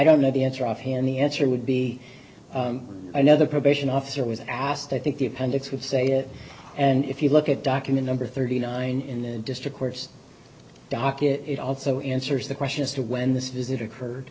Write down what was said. don't know the answer offhand the answer would be another probation officer was asked i think the appendix would say it and if you look at document number thirty nine in the district court's docket it also inserts the question as to when this visit occurred